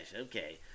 okay